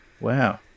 Wow